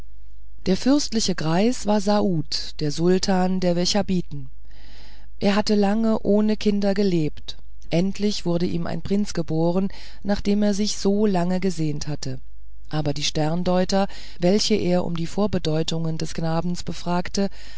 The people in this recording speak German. der fürstliche greis war saaud der sultan der wechabiten er hatte lange ohne kinder gelebt endlich wurde ihm ein prinz geboren nach dem er sich so lange gesehnt hatte aber die sterndeuter welche er um die vorbedeutungen des knabens befragte